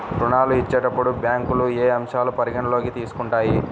ఋణాలు ఇచ్చేటప్పుడు బ్యాంకులు ఏ అంశాలను పరిగణలోకి తీసుకుంటాయి?